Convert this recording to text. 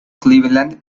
cleveland